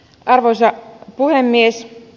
arvoisa puhemies